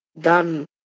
done